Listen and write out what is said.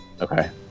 okay